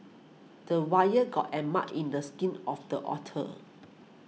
the wire got in mad in the skin of the otter